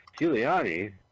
Giuliani